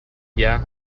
yeah